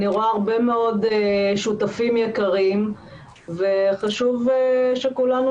אני רואה הרבה מאוד שותפים יקרים וחשוב שכולנו